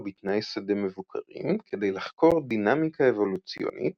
בתנאי שדה מבוקרים כדי לחקור דינמיקה אבולוציונית,